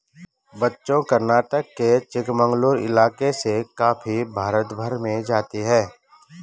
बच्चों कर्नाटक के चिकमंगलूर इलाके से कॉफी भारत भर में जाती है